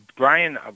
Brian